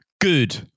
Good